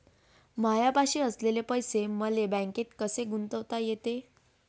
मायापाशी असलेले पैसे मले बँकेत कसे गुंतोता येते?